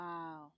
Wow